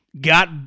got